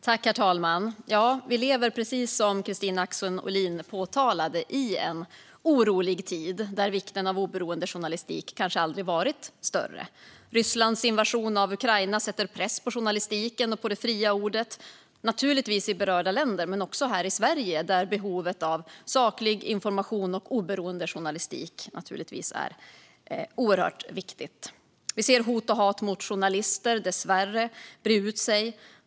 Herr talman! Precis som Kristina Axén Olin påpekade lever vi i en orolig tid, och vikten av oberoende journalistik har kanske aldrig varit större. Rysslands invasion av Ukraina sätter press på journalistiken och på det fria ordet, naturligtvis i berörda länder men också här i Sverige, där behovet av saklig information och oberoende journalistik är oerhört stort. Vi ser dessvärre hot och hat mot journalister bre ut sig.